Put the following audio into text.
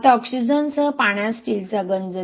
आता ऑक्सिजनसह पाण्यात स्टीलचा गंज